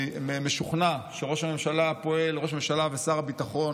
אני משוכנע שראש הממשלה ושר הביטחון